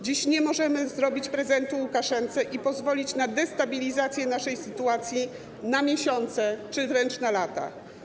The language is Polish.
Dziś nie możemy zrobić prezentu Łukaszence i pozwolić na destabilizację naszej sytuacji na miesiące czy wręcz na lata.